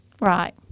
Right